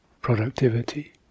productivity